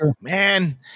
man